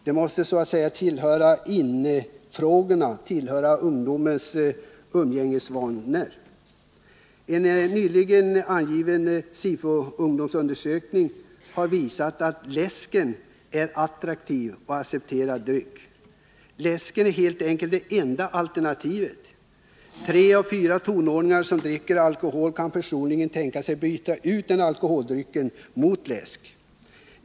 De måste vara ”inne” och ingå i ungdomarnas umgängesvanor. En nyligen genomförd SIFO-undersökning har visat att läsken är en attraktiv och accepterad dryck. Läsken är helt enkelt det enda alternativet till alkoholdryckerna. Tre av fyra tonåringar som dricker alkohol kan personligen tänka sig att byta ut alkoholdryckerna mot läsk.